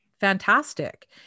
fantastic